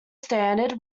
standard